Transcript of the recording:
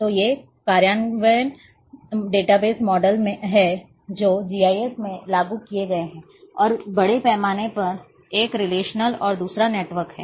तो ये कार्यान्वयन डेटाबेस मॉडल हैं जो जीआईएस में लागू किए गए हैं और बड़े पैमाने पर एक रिलेशनल और दूसरा नेटवर्क हैं